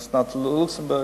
אסנת לוקסנבורג,